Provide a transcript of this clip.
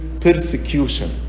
persecution